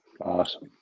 Awesome